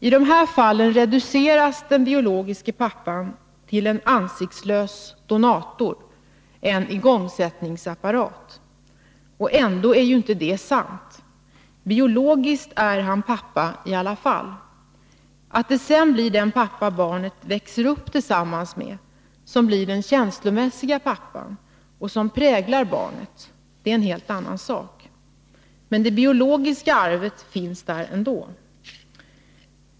I de här fallen reduceras den biologiska pappan till en ansiktslös donator, en igångsättningsapparat. Ändå är ju inte det sant. Biologiskt är han pappa i alla fall. Att det sedan blir den pappa barnet växer upp tillsammans med som blir den känslomässiga pappan och den som präglar barnet är en helt annan sak. Men det biologiska arvet finns där ändå.